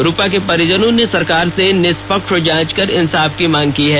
रूपा के परिजनों ने सरकार से निष्पक्ष जांच कर इंसाफ की मांग की है